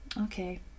Okay